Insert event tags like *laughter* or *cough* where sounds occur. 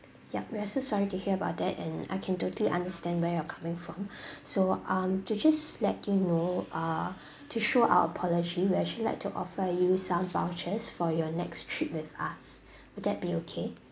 ya we're so sorry to hear about that and I can totally understand where you're coming from *breath* so um to just let you know uh to show our apology we actually like to offer you some vouchers for your next trip with us will that be okay